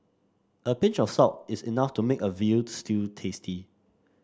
a pinch of salt is enough to make a veal stew tasty